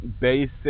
basic